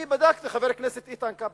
אני בדקתי, חבר הכנסת איתן כבל,